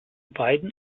beiden